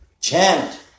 Chant